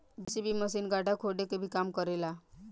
JCB machine गड्ढा खोदे के भी काम करे ला